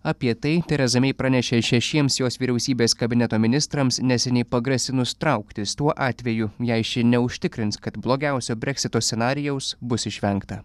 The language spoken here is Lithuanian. apie tai tereza mei pranešė šešiems jos vyriausybės kabineto ministrams neseniai pagrasinus trauktis tuo atveju jei ši neužtikrins kad blogiausio breksito scenarijaus bus išvengta